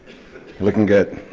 looking good.